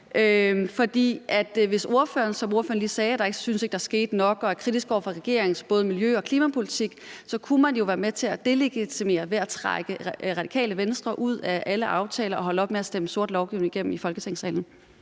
som ordføreren lige sagde, ikke synes, at der sker nok, og man er kritisk over for regeringens både miljø- og klimapolitik, så kunne man jo være med til at delegitimere det ved at trække Radikale Venstre ud af alle aftaler og holde op med at stemme sort lovgivning igennem i Folketingssalen.